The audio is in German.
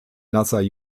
nasser